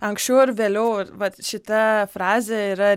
anksčiau ar vėliau vat šita frazė yra